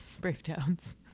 breakdowns